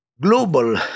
global